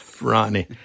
Ronnie